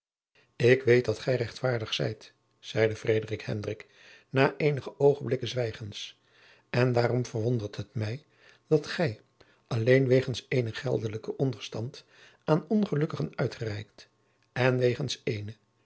ik weet dat gij rechtvaardig zijt zeide frederik hendrik na eenige oogenblikken zwijgens en daarom verwondert het mij dat gij alleen wegens eenen geldelijken onderstand aan ongelukkigen uitgereikt en wegens eene